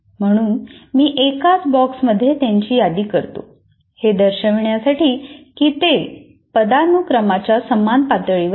म्हणून मी एकाच बॉक्समध्ये त्यांची यादी करतो हे दर्शविण्यासाठी की ते पदानुक्रमांच्या समान पातळीवर आहेत